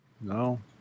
No